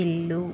ఇల్లు